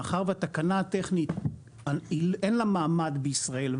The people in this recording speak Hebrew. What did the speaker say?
מאחר והתקנה הטכנית אין לה מעמד בישראל,